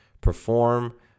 perform